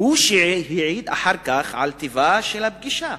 הוא שהעיד אחר כך על טיבה של הפגישה